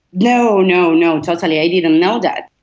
no, no, no, totally, i didn't know that.